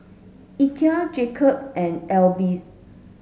Ikea Jacob and AIBI's